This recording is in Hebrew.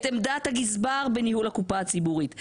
את עמדת הגזבר בניהול הקופה הציבורית,